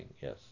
yes